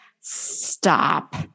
Stop